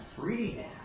free